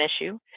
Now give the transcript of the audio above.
issue